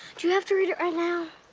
do you have to read it right now?